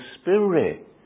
Spirit